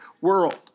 world